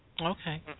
Okay